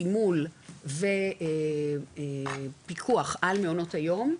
סימול ופיקוח על מעונות היום,